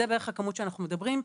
זו בערך הכמות שאנחנו מדברים.